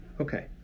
Okay